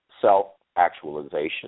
self-actualization